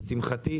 לשמחתי,